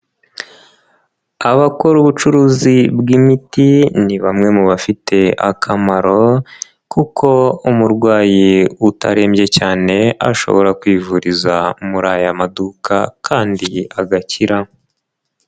Abakora ubucuruzi bw'imiti, ni bamwe mu bafite akamaro kuko umurwayi utarembye cyane ashobora kwivuriza muri aya maduka kandi agakira.